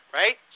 right